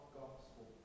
gospel